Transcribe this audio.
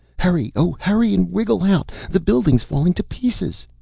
hurry, oh, hurry and wriggle out. the building's falling to pieces!